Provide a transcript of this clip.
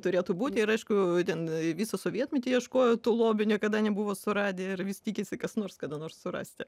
turėtų būti ir aišku ten visą sovietmetį ieškojo tų lobių niekada nebuvo suradę ir vis tikisi kas nors kada nors surasti